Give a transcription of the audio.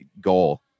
goal